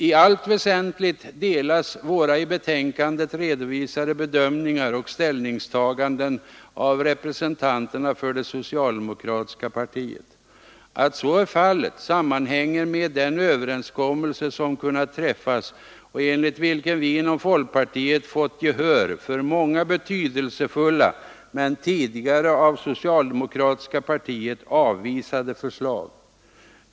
I allt väsentligt delas våra i betänkandet redovisade bedömningar och ställningstaganden av representanterna för det socialdemokratiska partiet. Att så är fallet sammanhänger med den överenskommelse som kunnat träffas och enligt vilken vi inom folkpartiet fått gehör för många betydelsefulla men tidigare av socialdemokratiska partiet avvisade förslag.